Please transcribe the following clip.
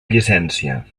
llicència